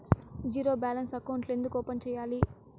zero balance అకౌంట్లు ఎందుకు open సేయాలి